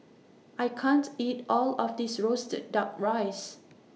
I can't eat All of This Roasted Duck Rice